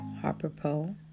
Harper-Poe